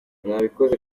nabikoze